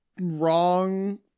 wrong